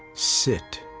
sit.